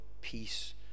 peace